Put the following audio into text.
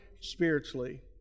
spiritually